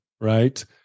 Right